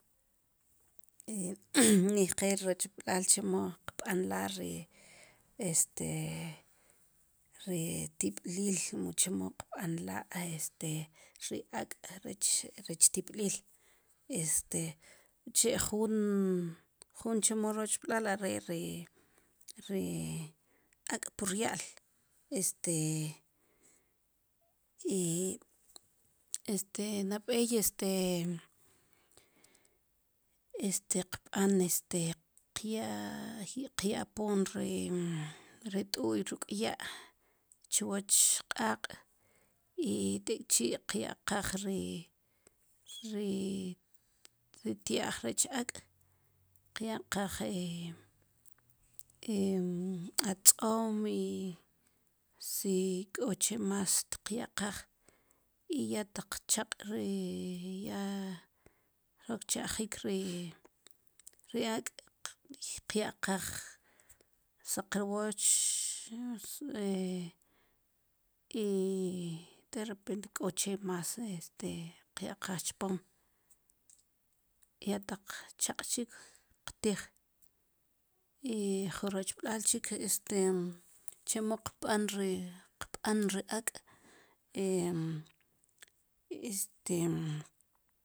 nejel rochb'laal chemo qb'anla' ri este ri tib'lil mu chemo qb'anla' este ri ak' rech tib'lil este uche' ejuun jun chemo rochb'lal are ri ri ak' prya'l este i este nab'ey este este qb'an este qyapon ri t'u'y ruk' ya' chwoch q'aaq' i tek' chi qya'qaj ri ri ri tia'j rech ak' qya'qaj atz'om i si k'o che mas tyaqaj i ya taq chaq' ri ya jroq tcha'jik ri ri ak' qyaqaj saqrwoch i derepent k'o che mas este qyaqaj chpom ya taq choq' chik qtij i ju rochb'lal chik este chemo qb'an ri ak'